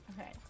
Okay